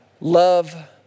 Love